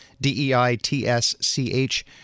D-E-I-T-S-C-H